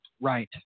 Right